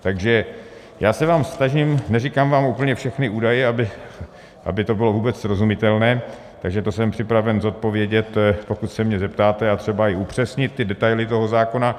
Takže já se vám snažím neříkám vám úplně všechny údaje, aby to bylo vůbec srozumitelné, takže to jsem připraven zodpovědět, pokud se mě zeptáte, a třeba i upřesnit detaily toho zákona.